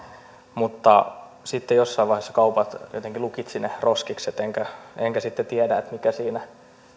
mutta sitten jossain vaiheessa kaupat jotenkin lukitsivat ne roskikset enkä enkä sitten tiedä mikä siinä